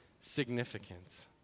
significance